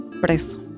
preso